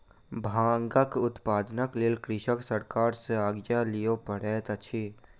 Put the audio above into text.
भांगक उत्पादनक लेल कृषक सरकार सॅ आज्ञा लिअ पड़ैत अछि